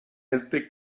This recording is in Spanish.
este